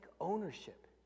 ownership